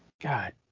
God